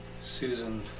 Susan